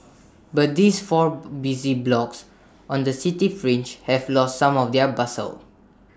but these four busy blocks on the city fringe have lost some of their bustle